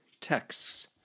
texts